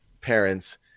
parents